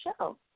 show